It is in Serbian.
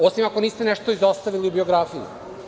Osim ako niste nešto izostavili u biografiji.